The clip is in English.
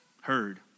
heard